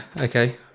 okay